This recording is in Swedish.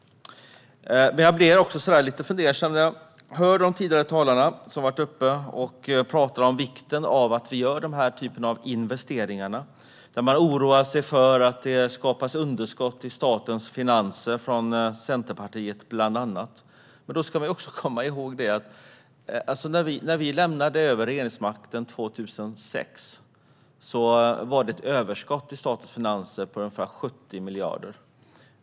Jag blir dock lite fundersam. De tidigare talarna har talat om vikten av att vi gör den här typen av investeringar. Men bland annat Centerpartiet oroar sig för att det skapar underskott i statens finanser. Då ska man komma ihåg att när vi lämnade över regeringsmakten 2006 var det ett överskott i statens finanser på ungefär 70 miljarder.